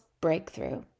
breakthrough